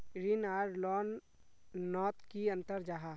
ऋण आर लोन नोत की अंतर जाहा?